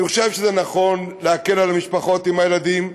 אני חושב שזה נכון להקל על המשפחות עם הילדים.